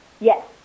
Yes